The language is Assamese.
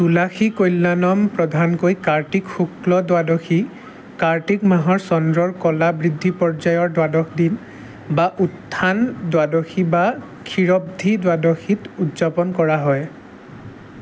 তুলসী কল্যাণম প্ৰধানকৈ কাৰ্তিক শুক্ল দ্বাদশী কাৰ্তিক মাহৰ চন্দ্ৰৰ কলাবৃদ্ধি পৰ্যায়ৰ দ্বাদশ দিন বা উত্থান দ্বাদশী বা ক্ষীৰব্ধি দ্বাদশীত উদযাপন কৰা হয়